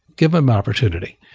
give them an opportunity.